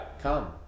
Come